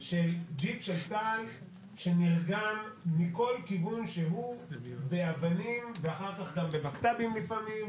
שג'יפ של צה"ל נרגם מכל כיוון שהוא באבנים ואחר כך גם בבקת"בים לפעמים,